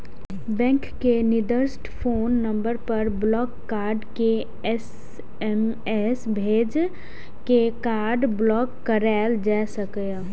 bank के निर्दिष्ट phone number पर ब्लॉक कार्ड के एस.एम.एस भेज के कार्ड ब्लॉक कराएल जा सकैए